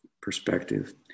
perspective